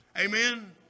Amen